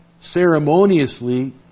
ceremoniously